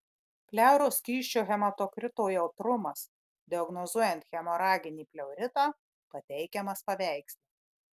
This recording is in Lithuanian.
pleuros skysčio hematokrito jautrumas diagnozuojant hemoraginį pleuritą pateikiamas paveiksle